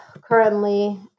currently